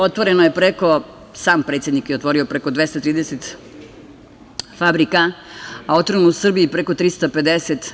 Otvoreno je preko, sam predsednik je otvorio preko 230 fabrika, a otvoreno u Srbiji preko 350.